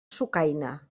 sucaina